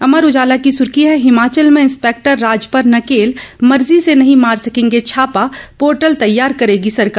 अमर उजाला की सुर्खी है हिमाचल में इंस्पेक्टर राज पर नकेल मर्जी से नहीं मार सकेंगे छापा पोर्टल तैयार करेगी सरकार